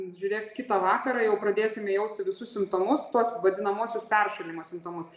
žiūrėk kitą vakarą jau pradėsime jausti visus simptomus tuos vadinamuosius peršalimo simptomus